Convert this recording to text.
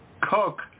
cook